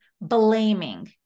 blaming